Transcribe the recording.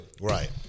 right